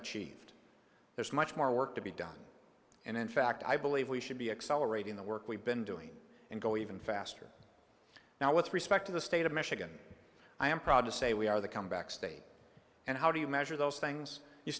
achieved there's much more work to be done and in fact i believe we should be accelerating the work we've been doing and go even faster now with respect to the state of michigan i am proud to say we are the comeback state and how do you measure those things you